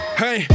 hey